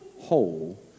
whole